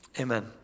amen